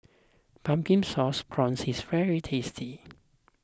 Pumpkin Sauce Prawns is very tasty